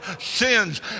sins